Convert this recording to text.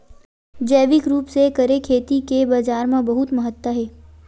जैविक रूप से करे खेती के बाजार मा बहुत महत्ता हे